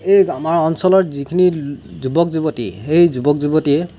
এই আমাৰ অঞ্চলৰ যিখিনি যুৱক যুৱতী সেই যুৱক যুৱতীয়ে